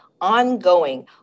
ongoing